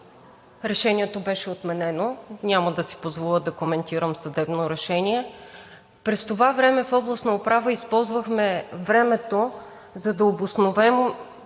решението беше отменено. Няма да си позволя да коментирам съдебно решение. През това време в Областна управа използвахме времето, за да обосновем